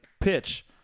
pitch